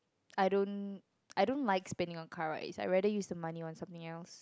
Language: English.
I don't I don't like spending on car rides I rather use the money on something else